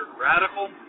radical